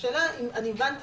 כולל מבנה